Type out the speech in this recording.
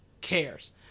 cares